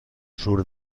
sur